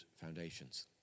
foundations